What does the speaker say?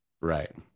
Right